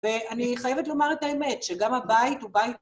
ואני חייבת לומר את האמת, שגם הבית הוא בית...